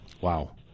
Wow